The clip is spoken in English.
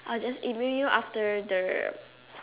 I will just email you after the